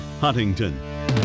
Huntington